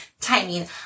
timing